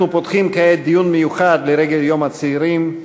אנחנו פותחים כעת דיון מיוחד לרגל יום הצעירים,